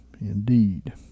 indeed